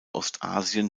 ostasien